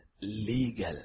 legal